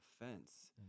offense